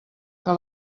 que